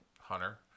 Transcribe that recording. Hunter